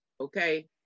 Okay